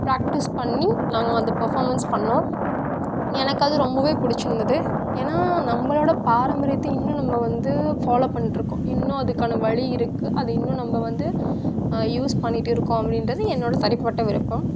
practice பண்ணி நாங்கள் அந்த பர்ஃபார்மன்ஸ் பண்ணோம் எனக்கு அது ரொம்பவே பிடிச்சிருந்துது ஏன்னா நம்மளோட பாரம்பரியத்தை இன்னும் நம்ம வந்து ஃபாலோ பண்ணிட்ருக்கோம் இன்னும் அதற்கான வலி இருக்கு அது இன்னும் நம்ப வந்து யூஸ் பண்ணிகிட்டு இருக்கோம் அப்படின்றது என்னோட தனிப்பட்ட விருப்பம்